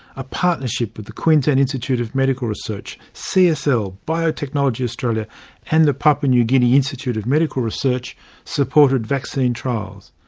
a partnership with the queensland institute of medical research, csl, biotechnology australia and the papua new guinea institute of medical research supported vaccine trials.